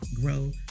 grow